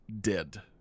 Dead